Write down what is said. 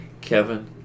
Kevin